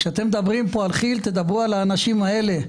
כשאתם מדברים על כי"ל, אתם מדברים על האנשים האלה.